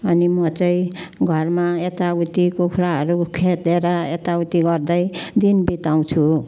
अनि म चाहिँ घरमा यताउति कुखुराहरू खेदेर यताउति गर्दै दिन बिताउँछु